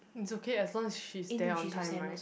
it's okay as long as she's there on time right